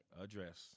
Address